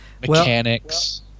mechanics